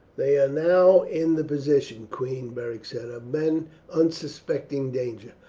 they are now in the position, queen, beric said, of men unsuspecting danger.